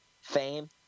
fame